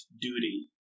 duty